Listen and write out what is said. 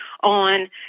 on